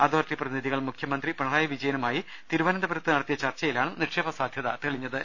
authority പ്രതിനിധികൾ മുഖ്യമന്ത്രി പിണറായി വിജയനുമായി തിരുവനന്തപുരത്ത് നടത്തിയ ചർച്ചയിലാണ് നിക്ഷേപ സാധ്യത തെളിഞ്ഞത്